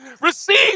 receive